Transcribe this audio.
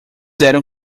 eram